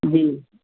जी